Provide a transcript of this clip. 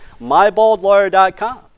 MyBaldLawyer.com